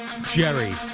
Jerry